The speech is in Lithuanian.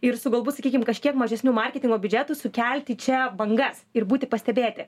ir su galbūt sakykim kažkiek mažesniu marketingo biudžetu sukelti čia bangas ir būti pastebėti